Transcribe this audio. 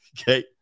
Okay